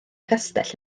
castell